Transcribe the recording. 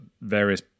various